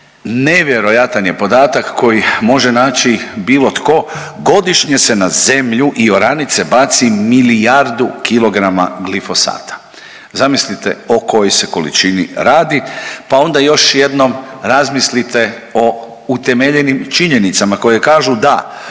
Nevjerojatan je podatak koji može naći bilo tko, godišnje se na zemlju i oranice baci milijardu kilograma glifosata. Zamislite o kojoj se količini radi pa onda još jednom razmislite o utemeljenim činjenicama koje kažu da